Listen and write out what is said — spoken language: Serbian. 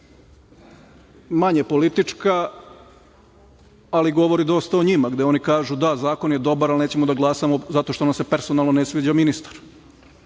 manje politička, ali govori dosta o njima, gde oni kažu – da, zakon je dobar, ali nećemo da glasamo zato što nam se personalno ne sviđa ministar.